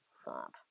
Stop